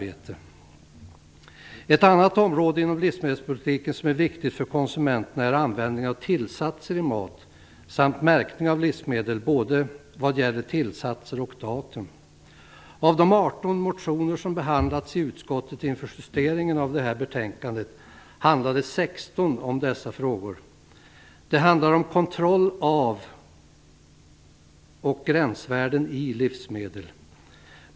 Ett annat område inom livsmedelspolitiken som är viktigt för konsumenterna är användningen av tillsatser i mat samt märkning av livsmedel både vad gäller tillsatser och datum. Av de 18 motioner som behandlats i utskottet inför justeringen av det här betänkande handlar 16 om dessa frågor. Det handlar om kontroll av och gränsvärden i livsmedel.